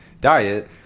diet